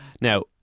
Now